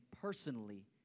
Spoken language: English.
personally